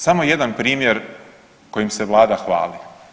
Samo jedan primjer kojim se Vlada hvali.